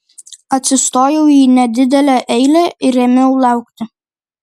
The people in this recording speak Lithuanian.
atsistojau į nedidelę eilę ir ėmiau laukti